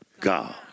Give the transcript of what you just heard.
God